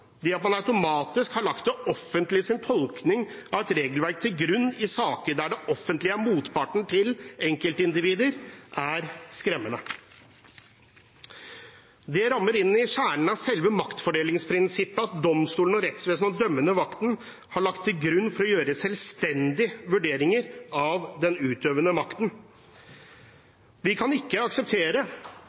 Det at man automatisk har lagt det offentliges tolkning av et regelverk til grunn i saker der det offentlige er motparten til enkeltindivider, er skremmende. Det rammer kjernen av selve maktfordelingsprinsippet at domstolene og rettsvesenet, den dømmende makten, har lagt dette til grunn for å gjøre selvstendige vurderinger av den utøvende makten. Vi kan ikke akseptere